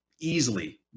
easily